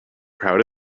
crowd